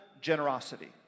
generosity